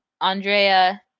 Andrea